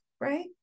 right